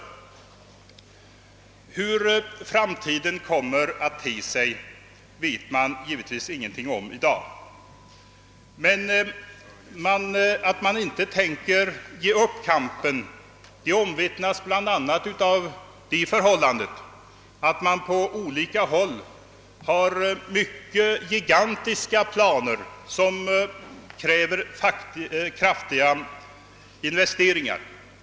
Hur framtiden kommer att te sig vet man givetvis ingenting om i dag, men att man inte tänker ge upp kampen omvittnas bl.a. av det förhållandet, att man på olika håll har mycket gigantiska planer som kräver kraftiga investeringar.